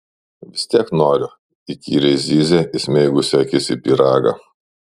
vis tiek noriu įkyriai zyzė įsmeigusi akis į pyragą